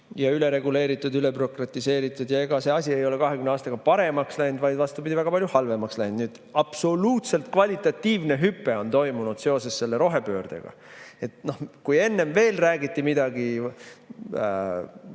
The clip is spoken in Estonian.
ülereguleeritud ja ülebürokratiseeritud. Ega see asi ei ole 20 aastaga paremaks läinud, vaid vastupidi, väga palju halvemaks läinud. Nüüd on absoluutselt kvalitatiivne hüpe toimunud seoses selle rohepöördega. Kui enne veel räägiti midagi